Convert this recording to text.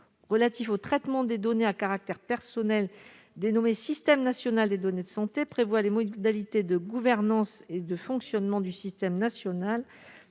relative au traitement des données à caractère personnel dénommé système national des données de santé prévoit les modalités de gouvernance et de fonctionnement du système national